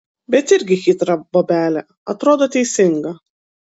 bet irgi chitra bobelė atrodo teisinga